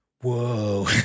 Whoa